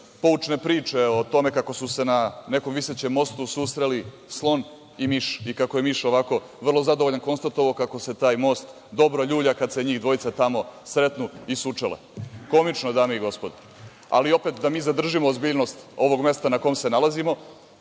poučne priče o tome kako su se na nekom visećem mostu susreli slon i miš i kako je miš vrlo zadovoljan konstatovao kako se taj most dobro ljulja kad se njih dvojica tamo sretnu i sučele, komično, dame i gospodo. Ali, opet, da mi zadržimo ozbiljnost ovog mesta na kome se nalazimo.